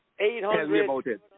800